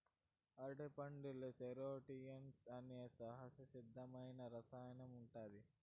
అరటిపండులో సెరోటోనిన్ అనే సహజసిద్ధమైన రసాయనం ఉంటాది